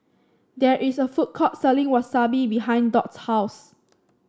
there is a food court selling Wasabi behind Dot's house